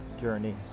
journey